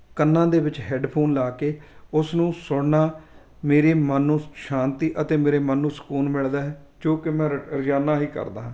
ਕੰਨਾਂ ਦੇ ਵਿੱਚ ਹੈਡਫੋਨ ਲਾ ਕੇ ਉਸ ਨੂੰ ਸੁਣਨਾ ਮੇਰੇ ਮਨ ਨੂੰ ਸ਼ਾਂਤੀ ਅਤੇ ਮੇਰੇ ਮਨ ਨੂੰ ਸਕੂਨ ਮਿਲਦਾ ਹੈ ਜੋ ਕਿ ਮੈਂ ਰ ਰੋਜ਼ਾਨਾ ਹੀ ਕਰਦਾ ਹਾਂ